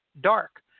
Dark